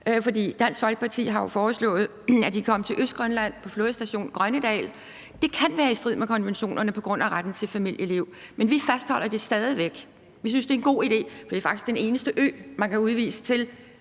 Dansk Folkeparti har jo foreslået, at de kom til Østgrønland på Flådestation Grønnedal. Det kan være i strid med konventionerne på grund af retten til familieliv, men vi fastholder det stadig væk; vi synes, det er en god idé, for det er faktisk den eneste ø, man kan udvise dem